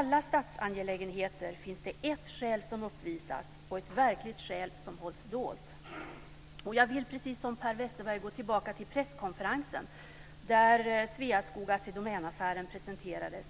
Jag vill, precis som Per Westerberg, gå tillbaka till presskonferensen där Sveaskog-Assi Domän-affären presenterades,